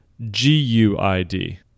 G-U-I-D